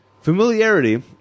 Familiarity